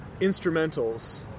instrumentals